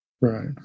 Right